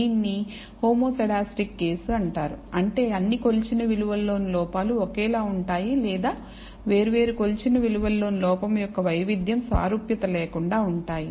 దీనిని homoscedastic case అంటారు అంటే అన్ని కొలిచిన విలువల్లోని లోపాలు ఒకేలా ఉంటాయి లేదా వేర్వేరు కొలిచిన విలువలలో లోపం యొక్క వైవిధ్యం సారూప్యత లేకుండా ఉంటాయి